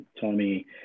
Tommy